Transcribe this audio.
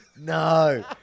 No